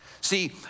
See